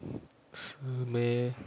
是 meh